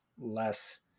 less